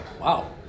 wow